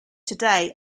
today